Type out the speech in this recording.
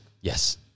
Yes